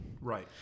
Right